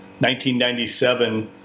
1997